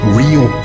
real